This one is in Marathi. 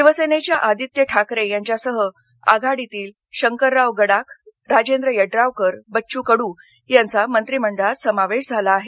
शिवसेनेच्या आदित्य ठाकरे यांच्यासह आघाडीतील शंकरराव गडाख राजेंद्र य़ड्रावकर बच्चू कडू यांचा मंत्रीमंडळात समावेश झाला आहे